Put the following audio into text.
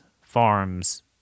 farms